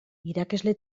irakasle